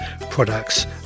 products